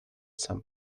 some